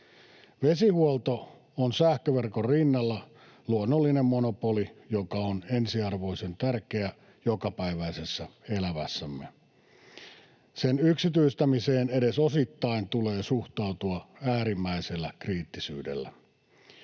Vesihuolto on sähköverkon rinnalla luonnollinen monopoli, joka on ensiarvoisen tärkeä jokapäiväisessä elämässämme. Sen yksityistämiseen edes osittain tulee suhtautua äärimmäisellä kriittisyydellä.